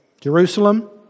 Jerusalem